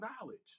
knowledge